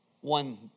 one